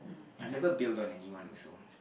I've never build on anyone also